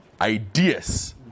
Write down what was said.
ideas